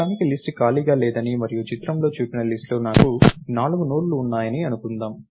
ప్రస్తుతానికి లిస్ట్ ఖాళీగా లేదని మరియు చిత్రంలో చూపిన లిస్ట్ లో నాకు నాలుగు నోడ్లు ఉన్నాయని అనుకుందాం